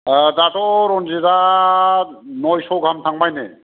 दाथ' रनजिदआ नयस' गाहाम थांबायनो